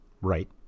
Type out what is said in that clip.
right